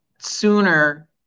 sooner